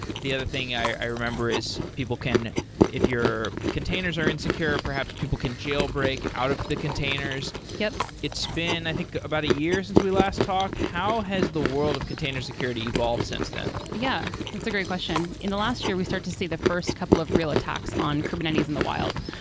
the other thing i remember is people can if your containers are insecure, perhaps people can jailbreak out of the containers. yeah it's been, i think about a year since we last talked? how has the world of container security evolved since then? yeah, that's a great question. in the last year, we start to see the first couple of real attacks on kubernetes in the wild.